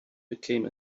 became